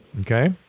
okay